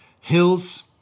hills